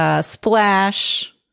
Splash